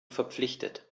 verpflichtet